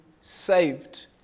saved